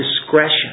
discretion